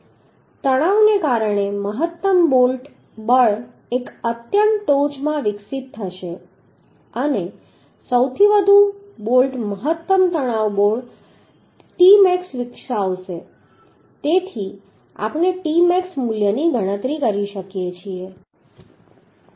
અને તણાવને કારણે મહત્તમ બોલ્ટ બળ એક અત્યંત ટોચમાં વિકસિત થશે સૌથી વધુ બોલ્ટ મહત્તમ તણાવ બળ tmax વિકસાવશે તેથી આપણે tmax મૂલ્યની ગણતરી કરી શકીએ છીએ